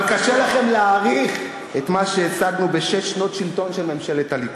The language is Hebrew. אבל קשה לכם להעריך את מה שהשגנו בשש שנות השלטון של ממשלת הליכוד.